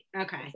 okay